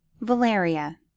valeria